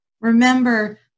Remember